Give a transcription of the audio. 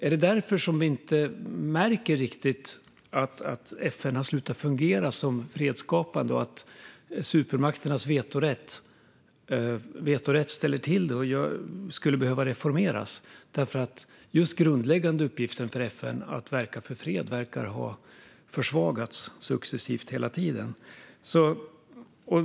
Är det därför vi inte riktigt märker att FN har slutat att fungera som fredsskapande organisation? Supermakternas vetorätt ställer till det och skulle behöva reformeras. Den grundläggande uppgiften för FN - att verka för fred - verkar ha försvagats successivt.